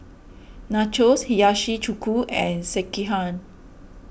Nachos Hiyashi Chuka and Sekihan